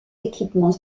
équipements